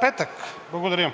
петък. Благодаря.